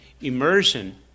immersion